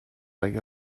like